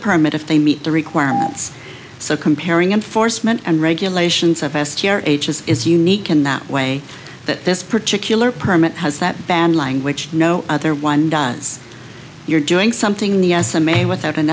permit if they meet the requirements so comparing enforcement and regulations of s t r ages is unique in that way that this particular permit has that bad language no other one does you're doing something the s m a without an